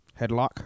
Headlock